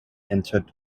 entered